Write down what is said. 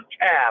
cap